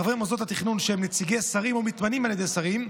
חברי מוסדות התכנון שהם נציגי שרים או מתמנים על ידי שרים,